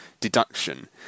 deduction